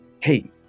hey